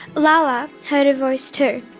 lala heard a voice too.